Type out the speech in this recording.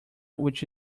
which